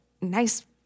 nice